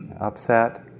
upset